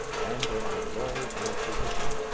and there are the lawyer and the physician.